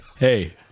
Hey